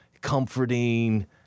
comforting